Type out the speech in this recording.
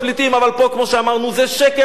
אבל פה, כמו שאמרנו, זה שקר, הם לא פליטים.